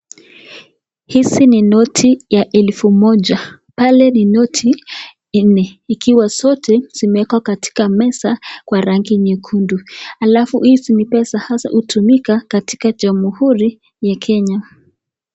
Hizi ni noti ya elfu moja, pale ni noti nne, ikiwa zote zimewekwa katika meza Kwa rangi nyekundu alafu hizi ni pesa hasa hutumika katika jamuhuri ya Kenya.